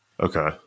Okay